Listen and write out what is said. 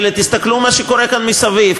תסתכלו מה קורה כאן מסביב.